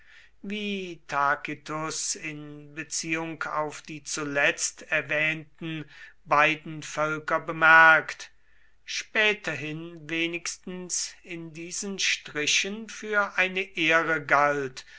wie tacitus in beziehung auf die zuletzt erwähnten beiden völker bemerkt späterhin wenigstens in diesen strichen für eine ehre galt